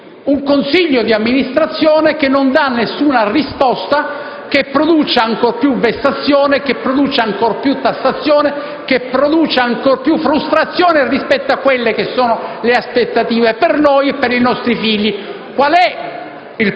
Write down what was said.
un consiglio di amministrazione che non dà alcuna risposta, che produce ancor più vessazione e ancor più tassazione, che produce ancor più frustrazione rispetto a quelle che sono le aspettative per noi e per i nostri figli.